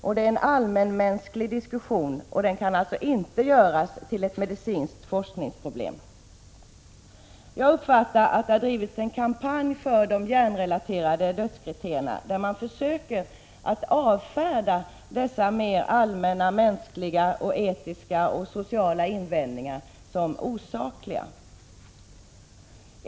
Frågan är allmänmänsklig och kan inte göras till ett medicinskt forskningsproblem. Jag uppfattar att det har drivits en kampanj för de hjärnrelaterade dödskriterierna, där man försökt att avfärda mänskliga, etiska och sociala invändningar som osakliga.